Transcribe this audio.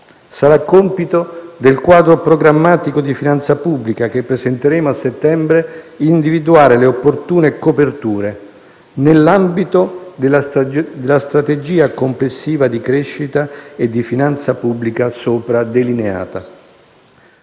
Sarà compito del quadro programmatico di finanza pubblica, che presenteremo a settembre, individuare le opportune coperture nell'ambito della strategia complessiva di crescita e di finanza pubblica sopra delineata.